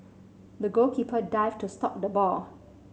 the goalkeeper dived to stop the ball